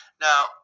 Now